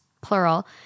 plural